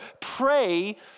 Pray